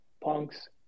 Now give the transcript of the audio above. Punks